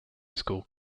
school